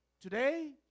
Today